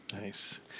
Nice